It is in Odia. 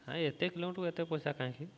ନାଇଁ ଏତେ କିଲୋଠୁତେ ପଇସାହିଁି